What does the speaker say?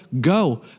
go